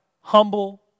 humble